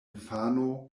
infano